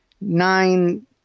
nine